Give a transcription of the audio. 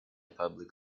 public